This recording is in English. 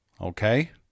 Okay